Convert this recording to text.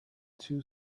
two